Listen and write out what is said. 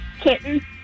Kitten